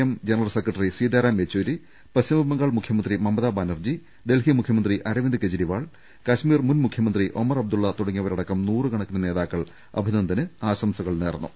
M general secretary Sitaram Yechury പശ്ചിമബംഗാൾ മുഖ്യമന്ത്രി മമതാ ബാനർജി ഡൽഹി മുഖ്യമന്ത്രി അരവിന്ദ് കെജ്രിവാൾ കശ്മീർ മുൻ മുഖ്യ മന്ത്രി ഒമർ അബ്ദുള്ള തുടങ്ങിയവരടക്കം നൂറുകണക്കിന് നേതാക്കൾ അഭി നന്ദന് ആശംസകൾ നേർന്നു